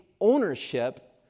ownership